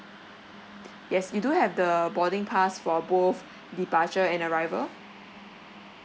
yes you do have the boarding pass for both departure and arrival